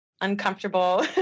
uncomfortable